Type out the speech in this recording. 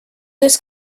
this